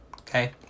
Okay